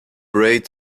braid